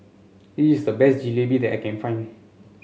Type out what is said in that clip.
it is the best Jalebi that I can find